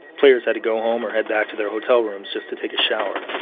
players had to go home or head back to their hotel rooms just to take a shower.